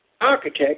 architect